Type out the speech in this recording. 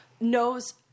knows